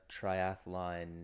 triathlon